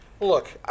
look